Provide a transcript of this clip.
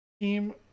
team